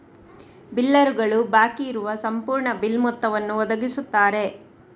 ಬಿಲ್ಲರುಗಳು ಬಾಕಿ ಇರುವ ಸಂಪೂರ್ಣ ಬಿಲ್ ಮೊತ್ತವನ್ನು ಒದಗಿಸುತ್ತಾರೆ